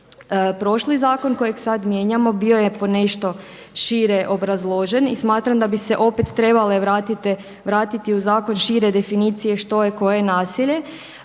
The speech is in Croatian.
Prošli zakon kojeg sad mijenjamo bio je ponešto šire obrazložen i smatram da bi se opet trebale vratiti u zakon šire definicije što je koje nasilje